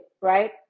Right